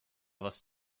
was